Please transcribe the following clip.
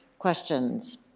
questions?